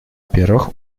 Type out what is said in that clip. первых